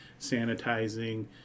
sanitizing